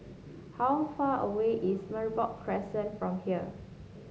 how far away is Merbok Crescent from here